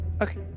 Okay